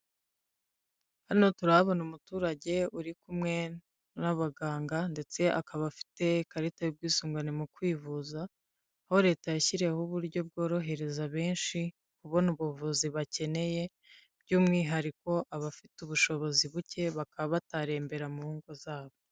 Hano turahabona umuturage uri kumwe n'abaganga ndetse akaba afite ikarita y'ubwisungane mu kwivuza, aho leta yashyiriyeho uburyo bworohereza benshi kubona ubuvuzi bakeneye by'umwihariko abafite ubushobozi buke bakaba batarembera mu ngo zabo.